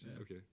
okay